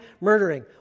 murdering